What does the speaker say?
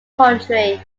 country